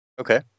Okay